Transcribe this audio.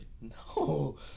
No